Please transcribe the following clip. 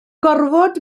gorfod